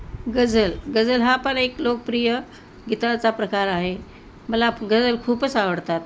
गझल गझल हा पण एक लोकप्रिय गीताचा प्रकार आहे मला गझल खूपच आवडतात